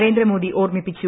നരേന്ദ്ര മോദി ഓർമ്മിപ്പിച്ചു